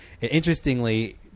interestingly